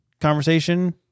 conversation